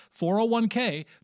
401k